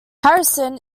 harrison